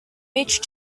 each